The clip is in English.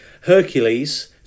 Hercules